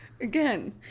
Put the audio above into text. Again